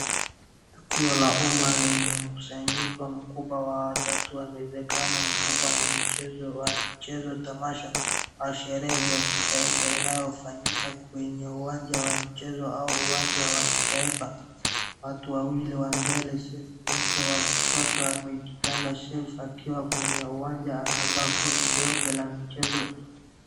Tukio la umma lenye mkusanyiko mkubwa wa watu linawezekana mkubwa ni mchezo wa mchezo tamasha au sherehe ya kitaifa inayofanyika kwenye uwanja wa michezo au uwanja wa kitaifa. Watu wawili wa mbele safe mtu wa kushoto amejipanga selfie akiwa kwenye uwanja anavaa koti nyeupe la michezo.